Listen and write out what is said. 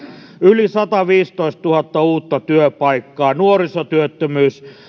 yli sataviisitoistatuhatta uutta työpaikkaa nuorisotyöttömyys on